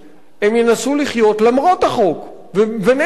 הם ינסו לחיות למרות החוק ונגד החוק,